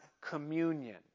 communion